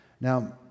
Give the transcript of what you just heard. Now